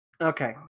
Okay